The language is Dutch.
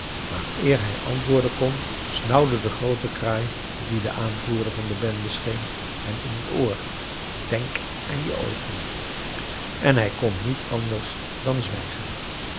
maar eer hij antwoorden kon snauwde de groote kraai die de aanvoerder van de bende scheen hem in t oor denk aan je oogen en hij kon niet anders dan zwijgen